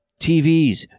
TVs